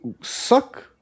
suck